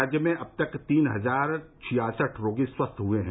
राज्य में अब तक तीन हजार छियासठ रोगी स्वस्थ हुए हैं